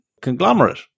conglomerate